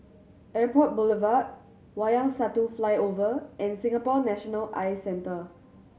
Airport Boulevard Wayang Satu Flyover and Singapore National Eye Centre